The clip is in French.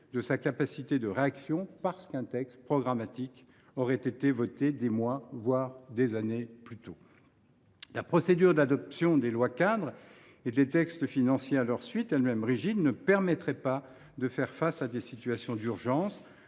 de sa capacité de réaction parce qu’un texte programmatique aurait été voté des mois, voire des années plus tôt. La procédure d’adoption des lois cadres, et des textes financiers à leur suite, elle même rigide, ne permettrait pas de faire face à des situations d’urgence.